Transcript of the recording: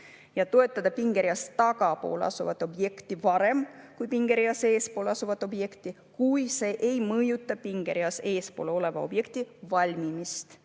ja toetada pingereas tagapool asuvat objekti varem kui pingereas eespool asuvat objekti, kui see ei mõjuta pingereas eespool oleva objekti valmimist.